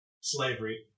slavery